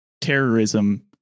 terrorism